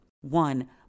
One